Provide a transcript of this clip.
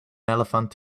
elephant